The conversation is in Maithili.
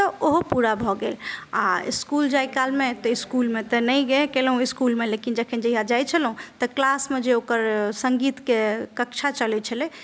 तऽ ओहो पूरा भऽ गेल आ इसकुल जाइ कालमे तऽ इसकुलमे तऽ नहि गेबे केलहुँ इसकुलमे लेकिन जहिया जाइ छलहुँ तऽ क्लासमे जे ओकर सङ्गीतके कक्षा चलै छलै